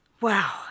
Wow